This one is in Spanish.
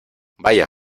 vaya